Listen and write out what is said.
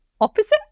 opposite